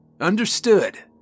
Understood